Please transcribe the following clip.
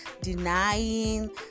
denying